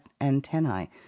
antennae